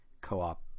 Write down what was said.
co-op